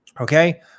Okay